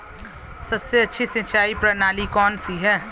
सबसे अच्छी सिंचाई प्रणाली कौन सी है?